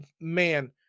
man